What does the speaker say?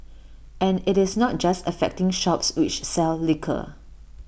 and IT is not just affecting shops which sell liquor